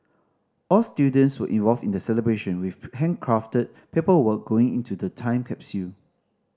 all students were involved in the celebration with handcrafted paperwork going into the time capsule